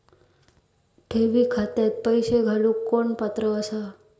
ठेवी खात्यात पैसे घालूक कोण पात्र आसा?